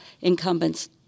incumbents